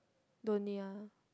don't need ah